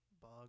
bug